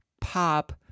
pop